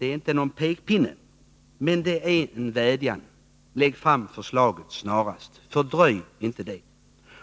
är inte någon pekpinne, men det är en vädjan: Lägg fram förslaget snarast — fördröj det inte!